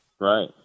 Right